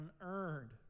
unearned